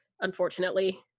unfortunately